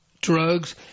drugs –